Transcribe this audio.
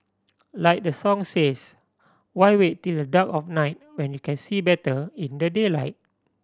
like the song says why wait till the dark of night when you can see better in the daylight